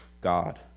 God